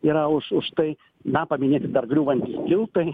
yra už už tai na paminėti dar griūvant tiltai